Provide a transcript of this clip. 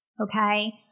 Okay